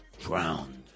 drowned